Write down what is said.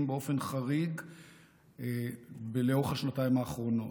באופן חריג לאורך השנתיים האחרונות.